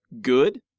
good